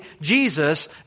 Jesus